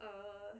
oh